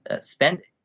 spending